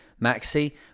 maxi